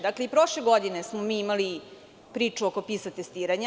Dakle, i prošle godine smo mi imali priču oko PISA testiranja.